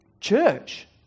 church